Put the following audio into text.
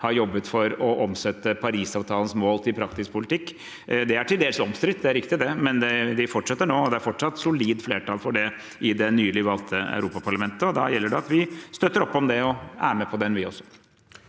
har jobbet for å omsette Parisavtalens mål til praktisk politikk. Det er til dels omstridt, det er riktig, men de fortsetter nå. Det er fortsatt solid flertall for det i det nylig valgte Europaparlamentet, og da gjelder det at vi støtter opp om det og er med på det, vi også.